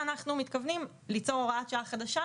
אנחנו מתכוונים ליצור הוראת שעה חדשה,